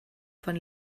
von